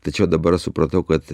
tačiau dabar supratau kad